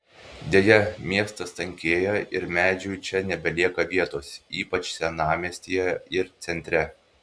deja miestas tankėja ir medžiui čia nebelieka vietos ypač senamiestyje ir centre